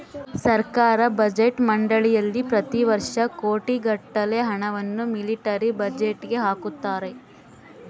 ಸರ್ಕಾರ ಬಜೆಟ್ ಮಂಡಳಿಯಲ್ಲಿ ಪ್ರತಿ ವರ್ಷ ಕೋಟಿಗಟ್ಟಲೆ ಹಣವನ್ನು ಮಿಲಿಟರಿ ಬಜೆಟ್ಗೆ ಹಾಕುತ್ತಾರೆ